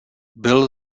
byl